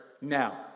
Now